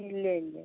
ഇല്ല ഇല്ല